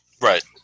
Right